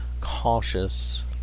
cautious